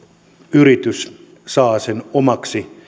yritys saa sen omakseen